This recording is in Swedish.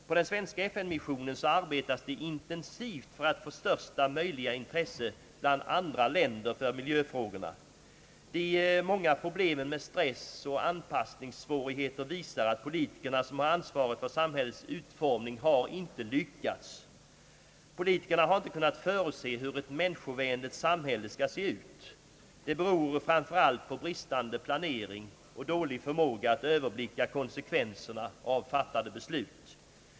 På den svenska FN-missionen arbetas det intensivt för att få största möjliga intresse bland andra länder för miljöfrågorna. De många problemen med stress och anpassnings svårigheter visar att politikerna, som har ansvaret för samhällets utformning, inte har lyckats. Politikerna har inte kunnat förutse hur ett människovänligt samhälle skall se ut. Det beror framför allt på bristande planering och dålig förmåga att överblicka konsekvenserna av fattade beslut.